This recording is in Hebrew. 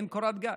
אין קורת גג.